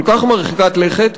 כל כך מרחיקת לכת,